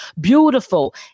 beautiful